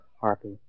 harpy